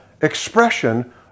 expression